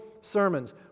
sermons